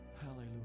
Hallelujah